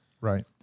Right